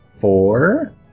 Four